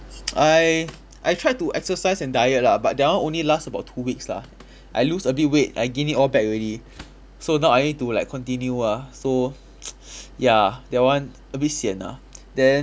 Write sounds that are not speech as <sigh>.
I I tried to exercise and diet lah but that one only last about two weeks lah I lose a bit weight I gain it all back already so now I need to like continue ah so <noise> ya that one a bit sian ah then